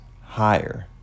higher